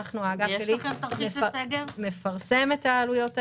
האגף שלי מפרסם את העלויות האלה,